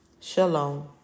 Shalom